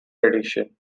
tradition